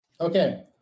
Okay